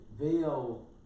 veil